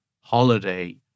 holiday